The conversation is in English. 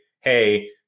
hey